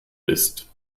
isst